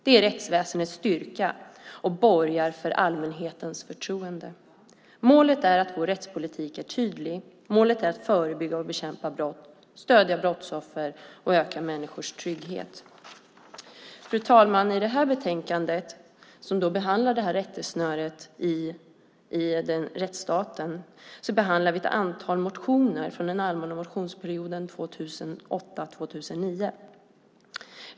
Det är rättsväsendets styrka och borgar för allmänhetens förtroende. Målet är att vår rättspolitik är tydlig, målet är att förebygga och bekämpa brott, stödja brottsoffer och öka människors trygghet. Fru talman! I betänkandet, som handlar om rättesnöret i en rättsstat, behandlar vi ett antal motioner från den allmänna motionstiden 2008/09.